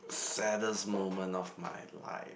saddest moment of my life